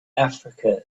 africa